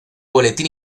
boletín